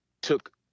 took